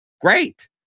great